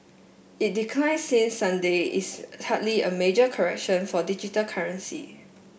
it decline since Sunday is hardly a major correction for digital currency